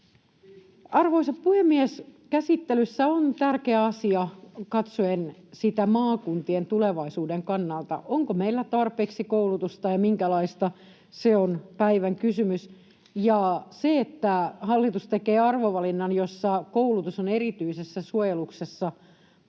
Arvoisa puhemies! Käsittelyssä on tärkeä asia maakuntien tulevaisuuden kannalta katsottuna. Onko meillä tarpeeksi koulutusta ja minkälaista, se on päivän kysymys. Se, että hallitus tekee arvovalinnan, jossa koulutus on erityisessä suojeluksessa,